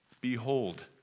Behold